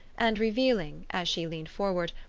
and revealing, as she leaned forward,